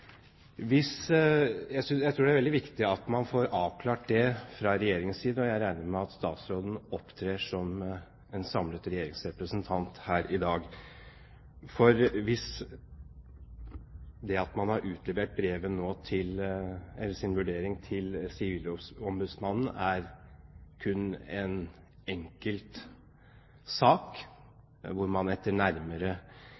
Jeg tror det er veldig viktig at man får avklart det fra Regjeringens side – og jeg regner med at statsråden opptrer som en samlet regjerings representant her i dag. Hvis det at man nå har utlevert sin vurdering til Sivilombudsmannen, kun gjelder en enkeltsak hvor man etter nærmere vurdering har kommet til